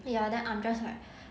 ya then I'm just like